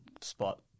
spot